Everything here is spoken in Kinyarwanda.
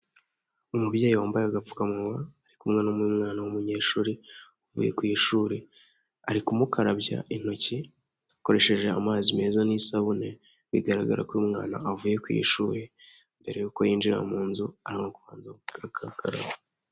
Umubyeyi wambaye agapfukamunwa, ari kumwe n'umwana w'umunyeshuri uvuye ku ishuri, ari kumukarabya intoki akoresheje amazi meza n'isabune, bigaragara ko uyu mwana avuye ku ishuri, mbere y'uko yinjira mu nzu amo kubanza gukaraba.